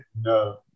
No